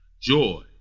joy